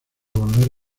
volver